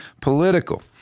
political